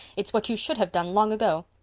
it's what you should have done long ago.